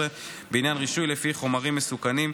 בעניין רישוי לפי חוק חומרים מסוכנים,